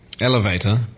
Elevator